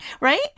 Right